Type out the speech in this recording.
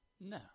no